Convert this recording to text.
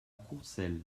courcelles